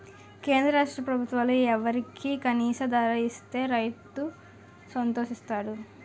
కేంద్ర రాష్ట్ర ప్రభుత్వాలు వరికి కనీస ధర ఇస్తే రైతు సంతోషిస్తాడు